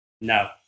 No